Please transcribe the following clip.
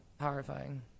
Horrifying